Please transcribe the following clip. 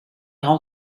how